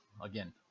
again